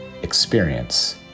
experience